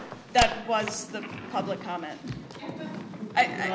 that wants the public comment i